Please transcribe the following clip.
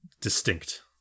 distinct